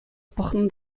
пӑхнӑ